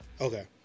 okay